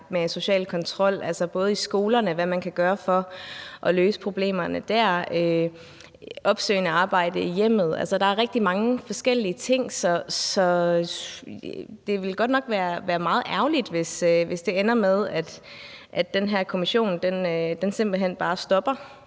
social kontrol. Det gælder både, hvad man kan gøre for at løse problemerne i skolerne, og opsøgende arbejde i hjemmet. Altså, der er rigtig mange forskellige ting i det, så det vil godt nok være meget ærgerligt, hvis det ender med, at den her kommission simpelt hen bare stopper.